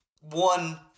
one